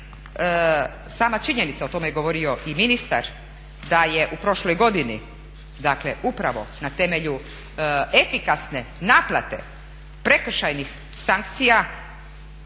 sama činjenica, o tome je govorio i ministar, da je u prošloj godini dakle upravo na temelju efikasne naplate prekršajnih sankcija